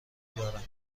دارن